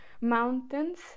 mountains